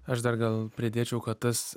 aš dar gal pridėčiau kad tas